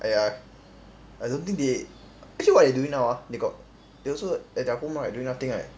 !aiya! I don't think they actually what they doing now ah they got they also at their home right doing nothing right